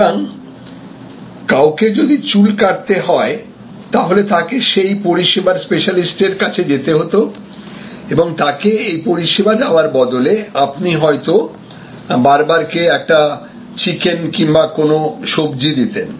সুতরাং কাউকে যদি চুল কাটতে হয় তাহলে তাকে সেই পরিষেবার স্পেশালিস্ট এর কাছে যেতে হত এবং তাকে এই পরিষেবা দেওয়ার বদলে আপনি হয়তো বার্বার কে একটা চিকেন কিংবা কোন সবজি দিতেন